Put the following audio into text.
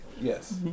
Yes